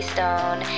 Stone